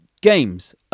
Games